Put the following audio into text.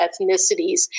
ethnicities